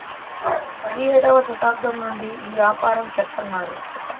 పడియేడవ శతాబ్దం నుండి ఈ యాపారం చెత్తన్నారు